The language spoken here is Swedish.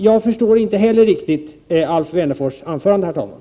Jag förstår alltså inte riktigt Alf Wennerfors anförande, herr talman.